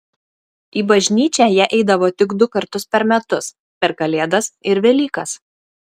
į bažnyčią jie eidavo tik du kartus per metus per kalėdas ir velykas